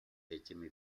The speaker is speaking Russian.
этими